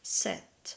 set